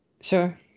sure